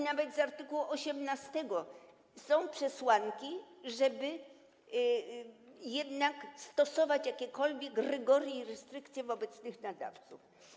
Nawet z art. 18 wynikają przesłanki, żeby jednak stosować jakiekolwiek rygory i restrykcje wobec tych nadawców.